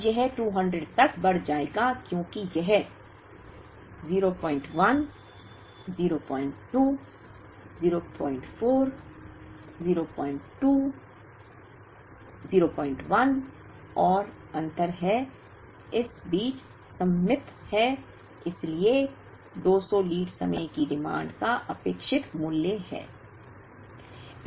अब यह 200 तक बढ़ जाएगा क्योंकि यह 01 02 04 02 01 और अंतर है इस बीच सममित है इसलिए 200 लीड समय की मांग का अपेक्षित मूल्य है